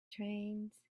trains